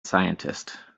scientist